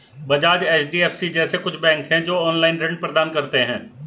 Bajaj, HDFC जैसे कुछ bank है, जो ऑनलाईन ऋण प्रदान करते हैं